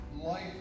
life